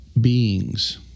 beings